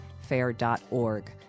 fair.org